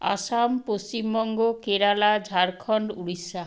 Assam Paschimbanga Kerala Jharkhand Orissa